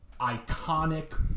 Iconic